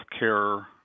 healthcare